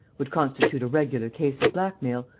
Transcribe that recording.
would constitute a regular case of blackmail,